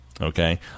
Okay